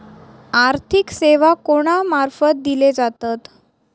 आर्थिक सेवा कोणा मार्फत दिले जातत?